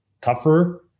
tougher